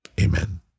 Amen